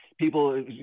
People